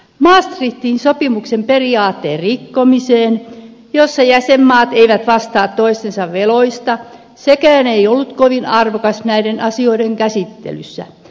maastrichtin sopimuksen periaatteen rikkomiseen jossa jäsenmaat eivät vastaa toistensa veloista sekään ei kovin arvokas ollut näiden asioiden käsittelyssä